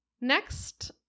Next